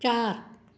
चार